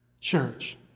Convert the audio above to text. church